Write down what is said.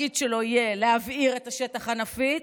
התפקיד שלו יהיה להבעיר את השטח הנפיץ,